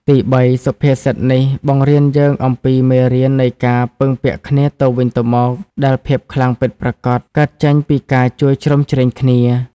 ទីបី សុភាសិតនេះបង្រៀនយើងអំពីមេរៀននៃការពឹងពាក់គ្នាទៅវិញទៅមក ដែលភាពខ្លាំងពិតប្រាកដកើតចេញពីការជួយជ្រោមជ្រែងគ្នា។